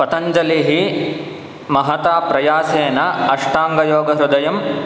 पतञ्जलिः महता प्रयासेन अष्टाङ्गयोगहृदयं